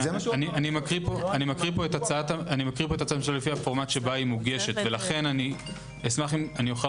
אני מקריא את ההצעה לפי הפורמט שבה מוגשת לכן אשמח שאוכל